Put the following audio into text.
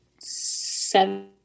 seven